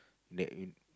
that in